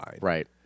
Right